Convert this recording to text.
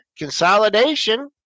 consolidation